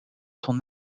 ton